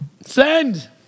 Send